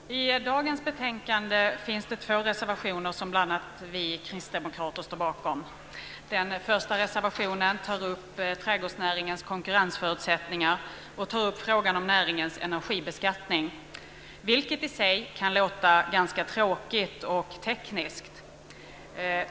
Fru talman! I dagens betänkande finns det två reservationer som bl.a. vi kristdemokrater står bakom. Den första reservationen tar upp trädgårdsnäringens konkurrensförutsättningar och frågan om näringens energibeskattning, vilket i sig kan låta ganska tråkigt och tekniskt.